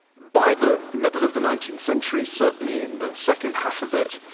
by the middle of the nineteenth century, certainly in the second half of it,